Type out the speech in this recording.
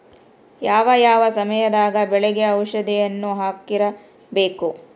ಯಾವ ಯಾವ ಸಮಯದಾಗ ಬೆಳೆಗೆ ಔಷಧಿಯನ್ನು ಹಾಕ್ತಿರಬೇಕು?